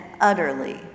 utterly